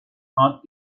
hot